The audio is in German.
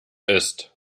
ist